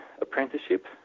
apprenticeship